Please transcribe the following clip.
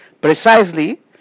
Precisely